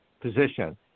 position